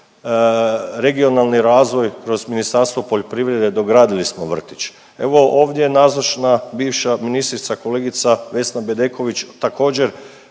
regionalni razvoj, kroz Ministarstvo poljoprivrede dogradili smo vrtić. Evo ovdje je nazočna bivša ministrica kolegica Vesna Bedeković također